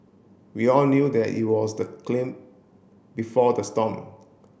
we all knew that it was the clam before the storm